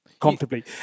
Comfortably